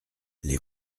les